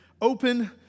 open